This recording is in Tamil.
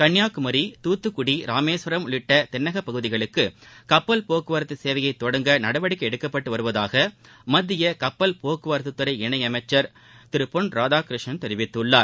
கன்னியாகுமரி தூத்துக்குடி ராமேஸ்வரம் உள்ளிட்ட தென்னக பகுதிகளுக்கு கப்பல் போக்குவரத்து சேவையை தொடங்க நடவடிக்கை எடுக்கப்பட்டு வருவதாக மத்திய கப்பல் போக்குவரத்துத்துறை இணை அமைச்சர் பொன் ராதாகிருஷ்ணன் தெரிவித்துள்ளார்